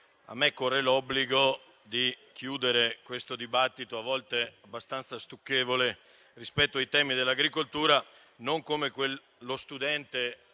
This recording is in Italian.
a me corre l'obbligo di chiudere questo dibattito, a volte abbastanza stucchevole, rispetto ai temi dell'agricoltura, non come quello studente